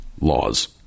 laws